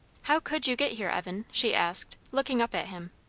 how could you get here, evan? she asked, looking up at him.